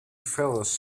fellas